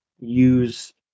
use